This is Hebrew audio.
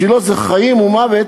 בשבילו זה חיים ומוות,